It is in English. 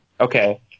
Okay